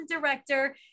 director